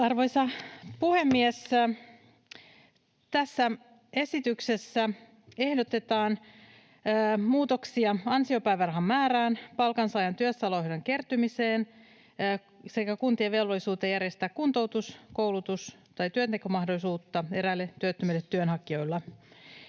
Arvoisa puhemies! Tässä esityksessä ehdotetaan muutoksia ansiopäivärahan määrään, palkansaajan työssäoloehdon kertymiseen sekä kuntien velvollisuuteen järjestää kuntoutus-, koulutus- tai työntekomahdollisuutta eräille työttömille työnhakijoille.